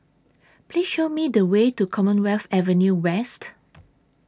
Please Show Me The Way to Commonwealth Avenue West